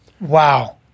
Wow